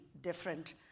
different